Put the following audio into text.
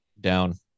down